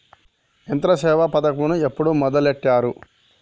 యంత్రసేవ పథకమును ఎప్పుడు మొదలెట్టారు?